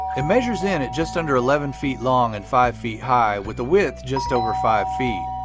it measures in at just under eleven feet long and five feet high, with a width just over five feet.